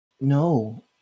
No